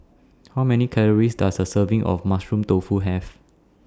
How Many Calories Does A Serving of Mushroom Tofu Have